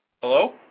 Hello